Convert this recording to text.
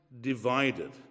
divided